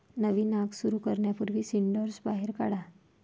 नवीन आग सुरू करण्यापूर्वी सिंडर्स बाहेर काढा